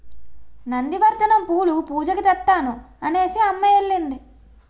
నంది వర్ధనం పూలు పూజకి తెత్తాను అనేసిఅమ్మ ఎల్లింది